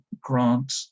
Grant